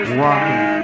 walking